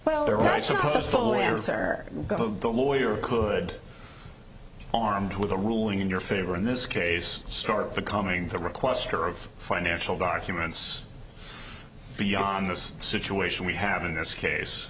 eric the lawyer could armed with a ruling in your favor in this case start becoming the requester of financial documents beyond this situation we have in this case